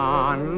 on